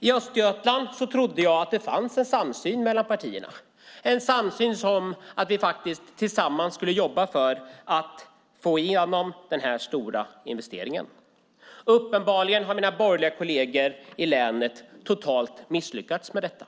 I Östergötland trodde jag att det fanns en samsyn mellan partierna att vi tillsammans skulle jobba för att få igenom den här stora investeringen. Uppenbarligen har mina borgerliga kolleger i länet totalt misslyckats med detta.